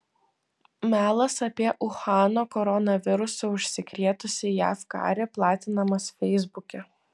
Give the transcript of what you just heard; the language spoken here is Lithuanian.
melas apie uhano koronavirusu užsikrėtusį jav karį platinamas feisbuke